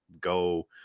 Go